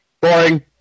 Boring